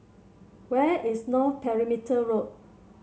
where is North Perimeter Road